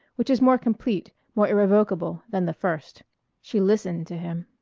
which is more complete, more irrevocable, than the first she listened to him.